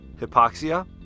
hypoxia